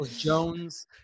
Jones